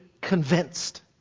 convinced